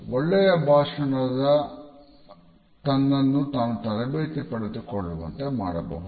ಒಳ್ಳೆಯ ಭಾಷಣಕಾರ ತನ್ನನ್ನು ತಾನು ತರಬೇತಿ ಪಡೆದುಕೊಳ್ಳುವಂತೆ ಮಾಡಬಹುದು